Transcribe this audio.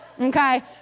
okay